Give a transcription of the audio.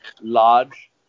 large